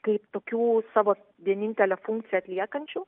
kaip tokių savo vienintelę funkciją atliekančių